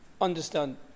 Understand